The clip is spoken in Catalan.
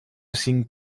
cinc